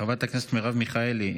חברת הכנסת מרב מיכאלי,